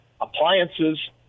appliances